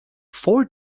four